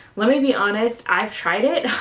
let me be honest, i've tried it,